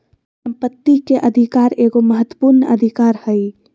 संपत्ति के अधिकार एगो महत्वपूर्ण अधिकार हइ